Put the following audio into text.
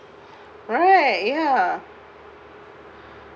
right ya